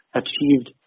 achieved